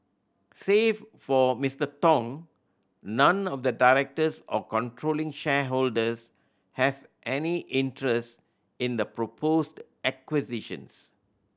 save for Mister Tong none of the directors or controlling shareholders has any interest in the proposed acquisitions